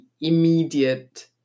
immediate